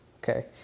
Okay